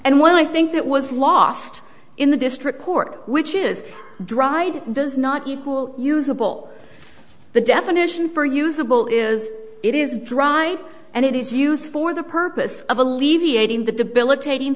and when i think it was lost in the district court which is dried does not equal usable the definition for usable is it is dry and it is used for the purpose of alleviating the debilitating